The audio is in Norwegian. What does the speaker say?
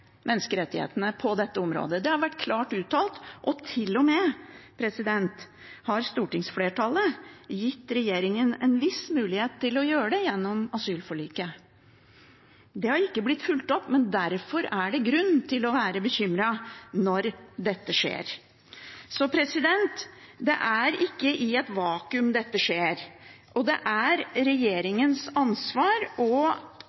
menneskerettighetene på dette området. Det har vært klart uttalt, og stortingsflertallet har til og med gitt regjeringen en viss mulighet til å gjøre det gjennom asylforliket. Det er ikke blitt fulgt opp, derfor er det grunn til å være bekymret når dette skjer. Så dette skjer ikke i et vakuum, og det er regjeringens ansvar å informere og konsultere Stortinget hvis det er